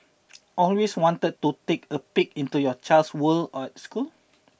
always wanted to take a peek into your child's world at school